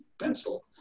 pencil